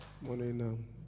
Morning